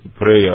prayer